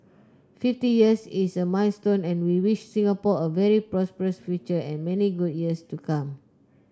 fifty years is a milestone and we wish Singapore a very prosperous future and many good years to come